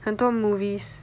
很多 movies